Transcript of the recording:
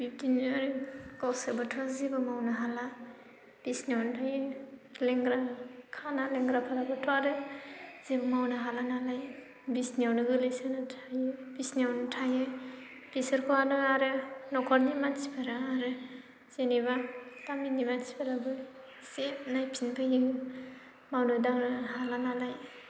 बिब्दिनो आरो गावसोरबोथ' जेबो मावनो हाला बिसिनायावनो थायो लेंग्रा खाना लेंग्राफोराबोथ' आरो जेबो मावनो हाला नालाय बिसिनायावनो गोलैसोनानै थायो बिसिनायावनो थायो बेसोरबोयानो आरो न'खरनि मानसिफोरा आरो जेनेबा गामिनि मानसिफोराबो एसे नायफिनफैयो मावनो दांनो हाला नालाय